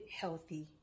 healthy